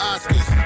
Oscars